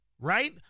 Right